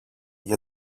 για